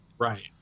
Right